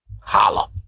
Holla